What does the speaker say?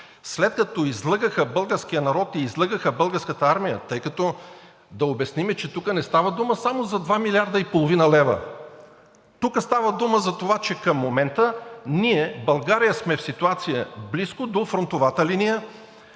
след като излъгаха българския народ и излъгаха Българската армия, тъй като да обясним, че тук не става дума само за 2,5 млрд. лв., тук става дума за това, че към момента ние, България, сме в ситуация близко до фронтовата линия,